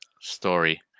story